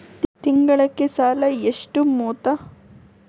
ತಿಂಗಳಿಗೆ ಸಾಲ ಎಷ್ಟು ಮೊತ್ತ?